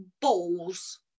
balls